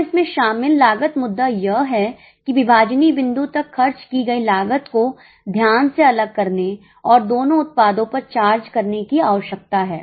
अब इसमें शामिल लागत मुद्दा यह है कि विभाजनीय बिंदु तक खर्च की गई लागत को ध्यान से अलग करने और दोनों उत्पादों पर चार्ज करने की आवश्यकता है